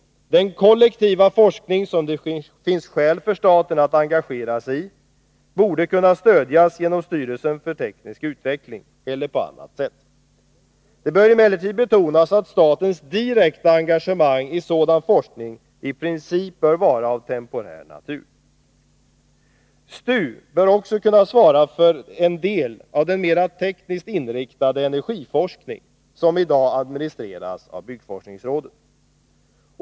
Den kollektiva forskning som det finns skäl för staten att engagera sig i borde kunna stödjas genom styrelsen för teknisk utveckling eller på annat sätt. Det bör emellertid betonas att statens direkta engagemang i sådan forskning i princip bör vara av temporär natur. STU bör också kunna svara för en del av den mera tekniskt inriktade energiforskning som i dag administreras av byggforskningsrådet.